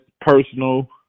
personal